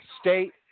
state